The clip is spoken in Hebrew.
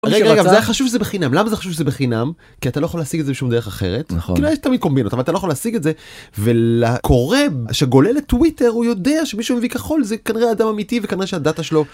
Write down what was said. רגע רגע, אבל זה היה חשוב שזה בחינם. למה זה חשוב שזה בחינם? כי אתה לא יכול להשיג את זה בשום דרך אחרת, כאילו היה תמיד קומבינות, אבל אתה לא יכול להשיג את זה. ולקורא שגולל טוויטר הוא יודע שמישהו מביא כחול זה כנראה אדם אמיתי וכנראה שהדאטה שלו...